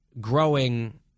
growing